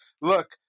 look